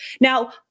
Now